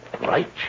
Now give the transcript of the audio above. Right